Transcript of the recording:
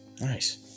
Nice